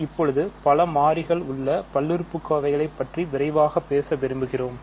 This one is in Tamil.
இப்போது பல மாறிகள் உள்ள பல்லுறுப்புக்கோவைகளைப் பற்றி விரைவாக பேச விரும்புகிறோம்